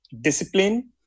discipline